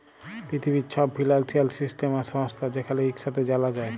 পিথিবীর ছব financial system আর সংস্থা যেখালে ইকসাথে জালা যায়